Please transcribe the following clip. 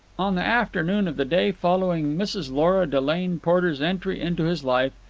on the afternoon of the day following mrs. lora delane porter's entry into his life,